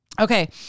Okay